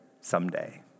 someday